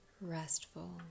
restful